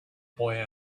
boy